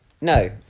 No